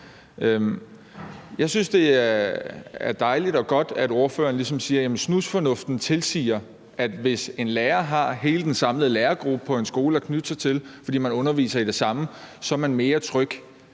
Jeg synes, det er dejligt og godt, at ordføreren ligesom siger, at snusfornuften tilsiger, at hvis en lærer har hele den samlede lærergruppe på en skole at knytte sig til, fordi man underviser i det samme, er man mere tryg